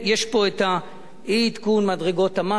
יש פה אי-עדכון מדרגות המס,